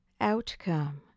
outcome